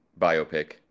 Biopic